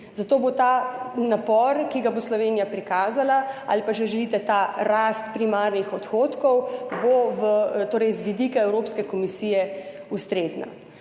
zato bo ta napor, ki ga bo Slovenija prikazala, ali pa, če želite, ta rast primarnih odhodkov z vidika Evropske komisije ustrezna.